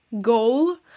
goal